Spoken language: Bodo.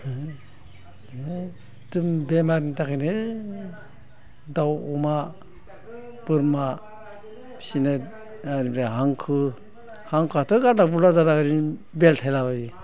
बहुद बेमारनि थाखायनो दाउ अमा बोरमा फिसिनो ओरै हांखो हांखोआथ' गादा गुदा जानानै बेल्थायलाबायो